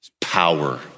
power